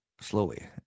slowly